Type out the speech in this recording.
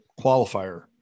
qualifier